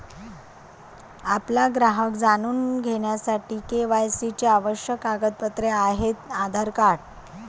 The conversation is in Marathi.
आपला ग्राहक जाणून घेण्यासाठी के.वाय.सी चे आवश्यक कागदपत्रे आहेत आधार कार्ड